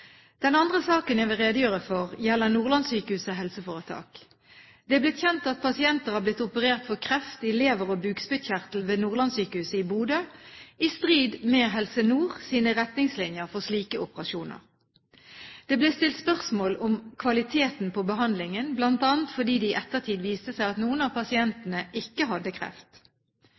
Den andre saken jeg vil redegjøre for, gjelder Nordlandssykehuset helseforetak. Det er blitt kjent at pasienter er blitt operert for kreft i lever og bukspyttkjertel ved Nordlandssykehuset i Bodø i strid med Helse Nords retningslinjer for slike operasjoner. Det ble stilt spørsmål om kvaliteten på behandlingen bl.a. fordi det i ettertid viste seg at noen av pasientene ikke hadde kreft.